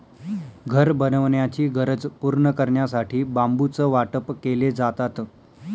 घर बनवण्याची गरज पूर्ण करण्यासाठी बांबूचं वाटप केले जातात